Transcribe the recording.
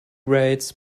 rates